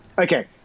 okay